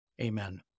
amen